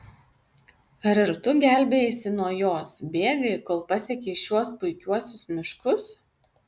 ar ir tu gelbėjaisi nuo jos bėgai kol pasiekei šiuos puikiuosius miškus